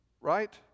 Right